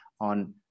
on